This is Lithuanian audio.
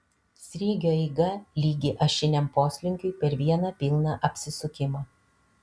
sriegio eiga lygi ašiniam poslinkiui per vieną pilną apsisukimą